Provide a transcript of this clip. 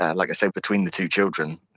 i like said, between the two children,